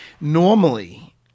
Normally